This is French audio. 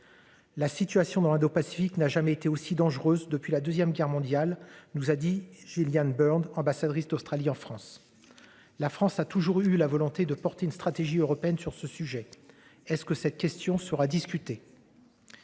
La situation dans l'indopacifique n'a jamais été aussi dangereuse depuis la 2ème Guerre mondiale nous a dit Julian Bird ambassadrice d'Australie en France. La France a toujours eu la volonté de porter une stratégie européenne sur ce sujet. Est-ce que cette question sera discutée.